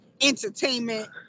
entertainment